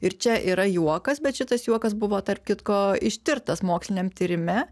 ir čia yra juokas bet šitas juokas buvo tarp kitko ištirtas moksliniam tyrime